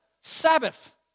Sabbath